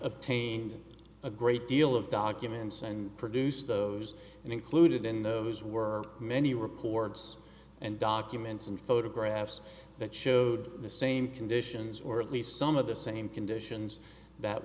obtained a great deal of documents and produced those and included in those were many records and documents and photographs that showed the same conditions or at least some of the same conditions that